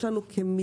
יש לנו כמיליון